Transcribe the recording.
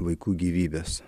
vaikų gyvybes